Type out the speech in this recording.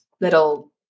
little